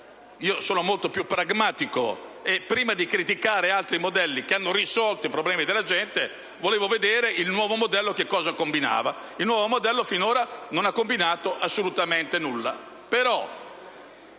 Io sono molto più pragmatico e, prima di criticare altri modelli che hanno risolto i problemi della gente, volevo vedere cosa combinava il nuovo modello: il nuovo modello finora non ha combinato assolutamente nulla.